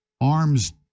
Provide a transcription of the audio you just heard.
arms